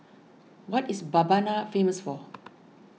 what is Mbabana famous for